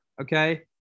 okay